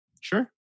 Sure